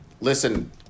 Listen